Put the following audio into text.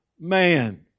man